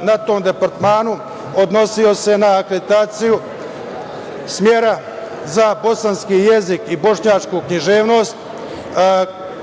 na tom departmanu odnosio se na akreditaciju smera za bosanski jezik i bošnjačku književnost.